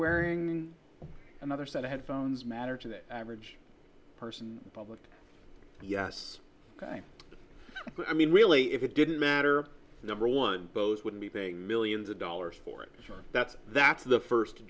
wearing another set of headphones matter to the average person public yes ok i mean really if it didn't matter number one both wouldn't be paying millions of dollars for it that's that's the first